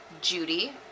Judy